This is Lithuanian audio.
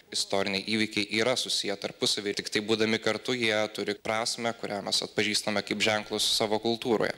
istoriniai įvykiai yra susiję tarpusavy tiktai būdami kartu jie turi prasmę kurią mes atpažįstame kaip ženklus savo kultūroje